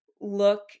look